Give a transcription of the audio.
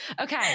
Okay